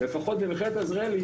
לפחות במכללת עזריאלי,